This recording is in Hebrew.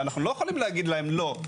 ואנחנו לא יכולים להגיד להם לא.